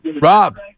Rob